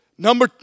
Number